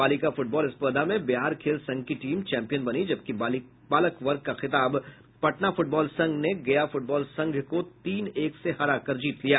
बालिका फुटबॉल स्पर्धा में बिहार खेल संघ की टीम चैम्पियन बनी जबकि बालक वर्ग का खिताब पटना फूटबॉल संघ ने गया फूटबॉल संघ को तीन एक से हरा कर जीत लिया